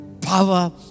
power